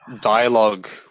dialogue